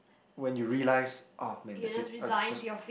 when you realise ah man that's it uh just